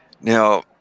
Now